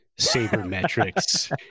sabermetrics